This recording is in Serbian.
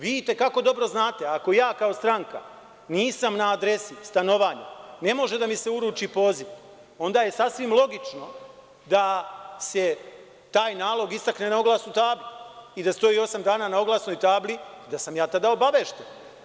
Vi i te kako dobro znate ako ja kao stranka nisam na adresi stanovanja, ne može da mi se uruči poziv, onda je sasvim logično da se taj nalog istakne na oglasnu tablu i da stoji osam dana na oglasnoj tabli da sam ja tada obavešten.